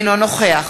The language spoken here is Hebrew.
אינו נוכח